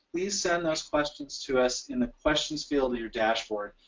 please send those questions to us in the questions field of your dashboard.